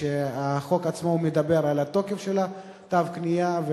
החוק עצמו מדבר על התוקף של תו הקנייה,